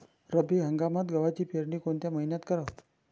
रब्बी हंगामात गव्हाची पेरनी कोनत्या मईन्यात कराव?